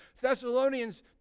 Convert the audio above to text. Thessalonians